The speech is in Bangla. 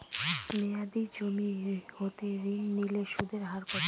মেয়াদী জমা হতে ঋণ নিলে সুদের হার কত?